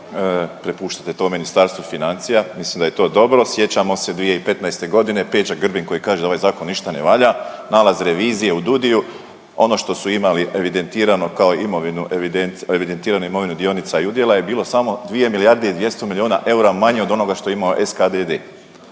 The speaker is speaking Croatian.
Prepuštate to Ministarstvu financija. Mislim da je to dobro. Sjećamo se 2015. godine Peđa Grbin koji kaže da ovaj zakon ništa ne valja. Nalaz revizije u DUDI-ju ono što su imali evidentirano kao imovinu evidentiranu imovinu dionica i udjela je bilo samo 2 milijarde i 200 milijuna eura manje od onoga što je imao SKDD.